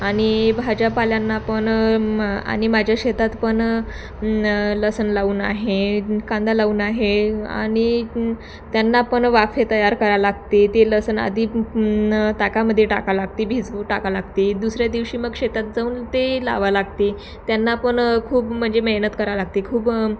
आणि भाज्यापाल्यांना पण म आणि माझ्या शेतात पण लसूण लावून आहे कांदा लावून आहे आणि त्यांना पण वाफे तयार करावं लागते ते लसूण आधी ताकामध्ये टाकावं लागते भिजवून टाकावं लागते दुसऱ्या दिवशी मग शेतात जाऊन ते लावावं लागते त्यांना पण खूप म्हणजे मेहनत करावं लागते खूप